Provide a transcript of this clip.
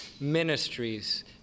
ministries